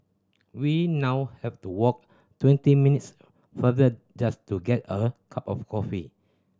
we now have to walk twenty minutes farther just to get a cup of coffee